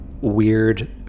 weird